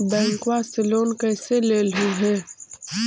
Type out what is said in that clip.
बैंकवा से लेन कैसे लेलहू हे?